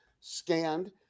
scanned